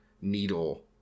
needle